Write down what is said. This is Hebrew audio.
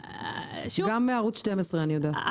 גם מערוץ 12 אני יודעת.